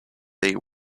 they